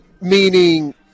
meaning